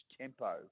tempo